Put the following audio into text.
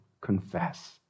confess